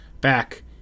back